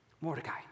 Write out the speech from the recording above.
Mordecai